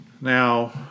Now